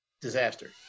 disaster